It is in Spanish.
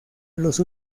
los